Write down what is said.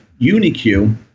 Uniq